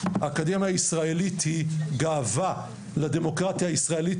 האקדמיה הישראלית היא גאווה לדמוקרטיה הישראלית,